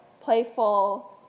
playful